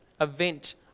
event